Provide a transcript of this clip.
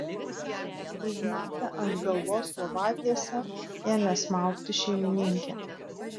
užmetę ant galvos lovatiesę ėmė smaugti šeimininkę